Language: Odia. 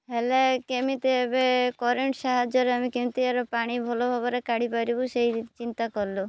ହେଲେ କେମିତି ଏବେ କରେଣ୍ଟ ସାହାଯ୍ୟରେ ଆମେ କେମିତି ଏହାର ପାଣି ଭଲ ଭାବରେ କଢିପାରିବୁ ସେଇ ଚିନ୍ତା କଲୁ